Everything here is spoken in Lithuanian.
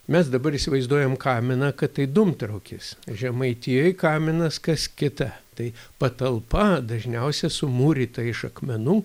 mes dabar įsivaizduojam kaminą kad tai dūmtraukis žemaitijoj kaminas kas kita tai patalpa dažniausiai sumūryta iš akmenų